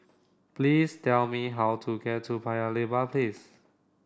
please tell me how to get to Paya Lebar Place